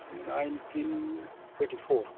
nineteen ओइथिफर